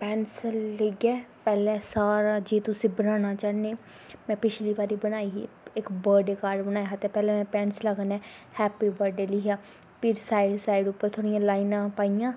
pencil लेेइयै पैह्लैं सारा जे तुस बनाना चाह्ने में पिछली बारी बनाई ही इक बर्डेकार्ड बनाया हा ते पैह्लैं पैंसलै कन्नै हैप्पी ब्रथडे लिखेआ फ्ही साईड़ साईड़ पर थोह्ड़ियां लाइनां पाइयां